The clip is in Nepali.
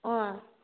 अँ